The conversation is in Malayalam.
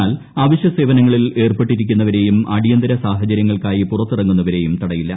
എന്നാൽ അവശ്യ സേവനങ്ങളിൽ ഏർപ്പെട്ടിരിക്കുന്നവരെയും അടിയന്തിര സാഹചരൃങ്ങൾക്കായി പുറത്തിറങ്ങുന്നവരെയും തടയില്ല